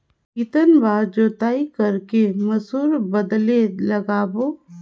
कितन बार जोताई कर के मसूर बदले लगाबो?